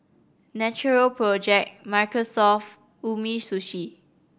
Natural Project Microsoft Umisushi